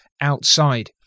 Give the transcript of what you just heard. outside